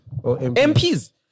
MPs